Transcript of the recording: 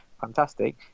fantastic